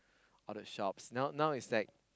all the shop now it's like